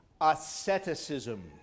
asceticism